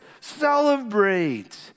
celebrate